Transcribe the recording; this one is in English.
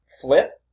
Flip